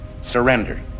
surrender